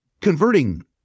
converting